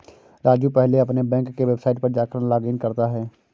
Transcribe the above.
राजू पहले अपने बैंक के वेबसाइट पर जाकर लॉगइन करता है